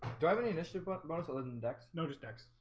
do i have any initiative but bonus a live index notice dex.